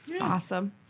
Awesome